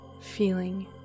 feeling